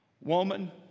woman